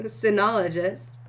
sinologist